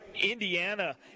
Indiana